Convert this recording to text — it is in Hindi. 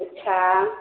अच्छा